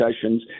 sessions